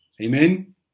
Amen